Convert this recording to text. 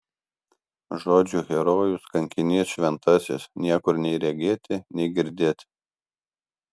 žodžių herojus kankinys šventasis niekur nei regėti nei girdėt